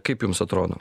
kaip jums atrodo